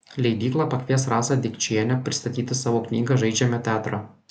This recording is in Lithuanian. leidykla pakvies rasą dikčienę pristatyti savo knygą žaidžiame teatrą